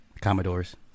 Commodores